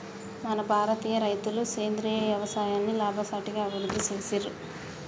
మన భారతీయ రైతులు సేంద్రీయ యవసాయాన్ని లాభసాటిగా అభివృద్ధి చేసిర్రు